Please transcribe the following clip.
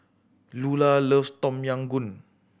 Lulah loves Tom Yam Goong